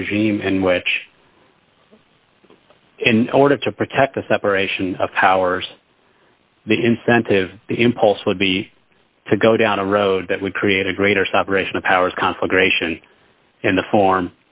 a regime in which in order to protect the separation of powers the incentive the impulse would be to go down a road that would create a greater separation of powers conflagration in the form